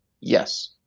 yes